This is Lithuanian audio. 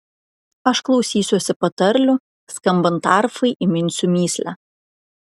aš klausysiuosi patarlių skambant arfai įminsiu mįslę